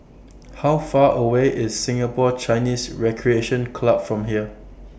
How Far away IS Singapore Chinese Recreation Club from here